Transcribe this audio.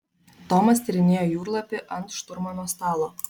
tomas tyrinėjo jūrlapį ant šturmano stalo